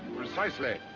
precisely.